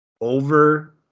over